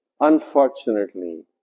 unfortunately